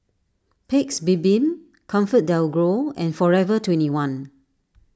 Paik's Bibim ComfortDelGro and forever twenty one